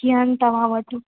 कीअं आहिनि तव्हां वटि